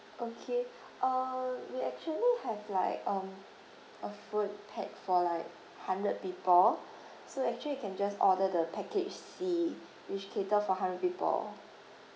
okay uh we actually have like um a food pack for like hundred people so actually you can just order the package C which cater for hundred people